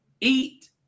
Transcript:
eat